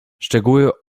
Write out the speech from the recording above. szczegóły